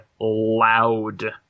loud